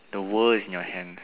the world is in your hands